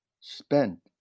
spent